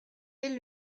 est